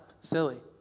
silly